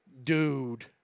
Dude